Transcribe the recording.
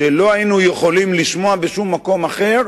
שלא היינו יכולים לשמוע בשום מקום אחר